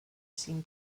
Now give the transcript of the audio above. seem